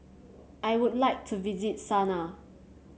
I would like to visit Sanaa